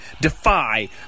Defy